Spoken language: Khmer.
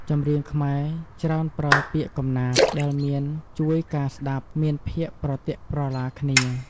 ចម្រៀងខ្មែរច្រើនប្រើ ពាក្យកំណាព្យ ដែលមានជួយការស្តាប់មានភាគប្រទាក់ក្រឡាគ្នា។